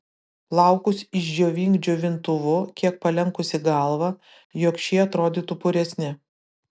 plaukus išdžiovink džiovintuvu kiek palenkusi galvą jog šie atrodytų puresni